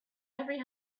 every